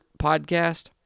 podcast